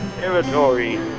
Territory